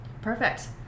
perfect